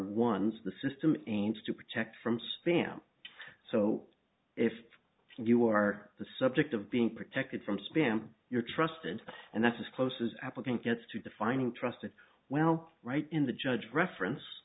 ones the system aims to protect from spam so if you are the subject of being protected from spam your trusted and that's as close as applicant gets to defining trusted well right in the judge reference